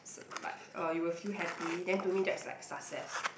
s~ like uh you will feel happy then to me that's like success